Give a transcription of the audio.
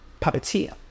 papatia